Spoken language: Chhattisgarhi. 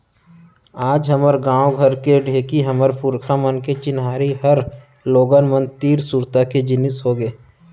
आज हमर गॉंव घर के ढेंकी हमर पुरखा मन के चिन्हारी हर लोगन मन तीर सुरता के जिनिस होगे